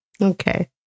Okay